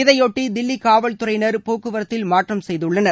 இதையொட்டி தில்லி காவல்துறையினர் போக்குவரத்தில் மாற்றம் செய்துள்ளனர்